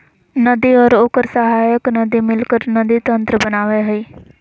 नदी और ओकर सहायक नदी मिलकर नदी तंत्र बनावय हइ